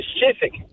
specific